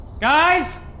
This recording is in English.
Guys